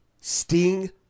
Sting